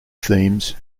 themes